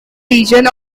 region